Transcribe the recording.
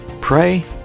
Pray